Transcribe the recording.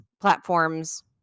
platforms